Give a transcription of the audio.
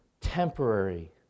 temporary